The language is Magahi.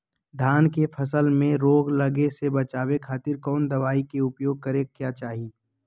धान के फसल मैं रोग लगे से बचावे खातिर कौन दवाई के उपयोग करें क्या चाहि?